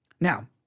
Now